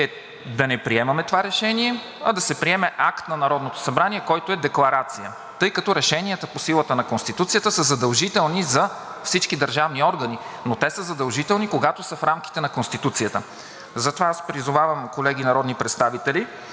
е да не приемаме това решение, а да се приеме акт на Народното събрание, който е декларация, тъй като решенията по силата на Конституцията са задължителни за всички държавни органи, но те са задължителни, когато са в рамките на Конституцията. Затова призовавам, колеги народни представители,